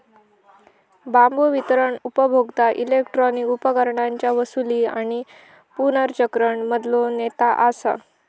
बांबू वितरण उपभोक्ता इलेक्ट्रॉनिक उपकरणांच्या वसूली आणि पुनर्चक्रण मधलो नेता असा